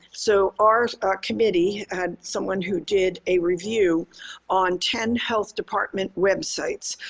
so our our committee had someone who did a review on ten health department websites,